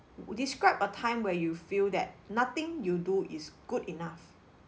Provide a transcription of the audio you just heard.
w~ describe a time where you feel that nothing you do is good enough